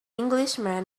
englishman